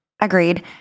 Agreed